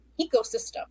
ecosystem